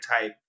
type